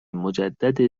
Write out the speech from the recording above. مجدد